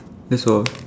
that's all